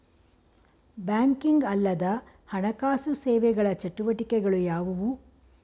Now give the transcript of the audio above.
Banking ಅಲ್ಲದ ಹಣಕಾಸು ಸೇವೆಗಳ ಚಟುವಟಿಕೆಗಳು ಯಾವುವು?